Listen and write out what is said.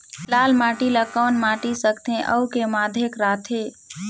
लाल माटी ला कौन माटी सकथे अउ के माधेक राथे?